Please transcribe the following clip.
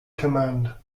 command